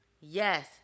Yes